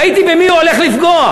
ראיתי במי הוא הולך לפגוע.